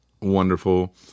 wonderful